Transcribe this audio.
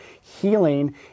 healing